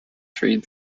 freed